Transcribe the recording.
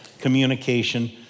communication